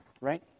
right